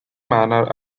manner